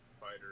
fighter